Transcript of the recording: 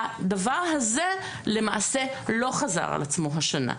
הדבר הזה, למעשה, לא חזר על עצמו השנה.